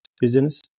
business